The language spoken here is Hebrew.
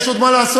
יש עוד מה לעשות,